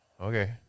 okay